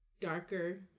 darker